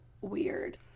weird